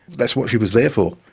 that's what she was there for,